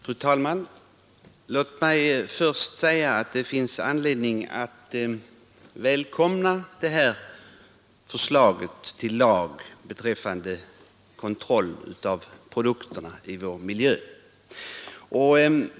Fru talman! Låt mig först säga att det finns anledning att välkomna detta förslag till lag beträffande kontrollen av produkterna i vår miljö.